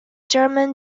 german